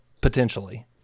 Potentially